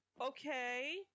Okay